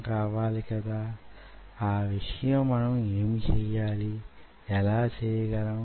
ఈ సంఘటన ఏదో విధంగా యేదో పరిమాణంలో జరుగుతుంది